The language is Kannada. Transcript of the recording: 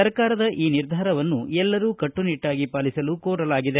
ಸರ್ಕಾರದ ಈ ನಿರ್ಧಾರವನ್ನು ಎಲ್ಲರೂ ಕಟ್ಟುನಿಟ್ಟಾಗಿ ಪಾಲಿಸಲು ಕೋರಲಾಗಿದೆ